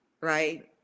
right